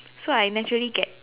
so I naturally get